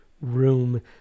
room